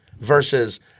versus